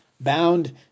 bound